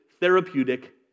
therapeutic